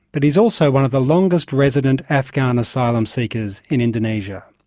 but he's also one of the longest resident afghan asylum seekers in indonesia.